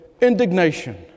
indignation